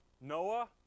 Noah